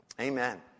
Amen